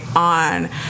on